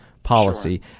policy